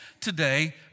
today